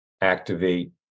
activate